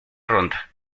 ronda